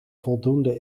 voldoende